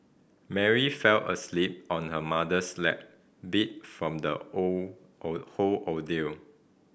Mary fell asleep on her mother's lap beat from the oh a whole ordeal